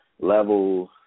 levels